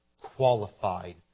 qualified